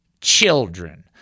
children